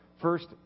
first